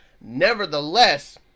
Nevertheless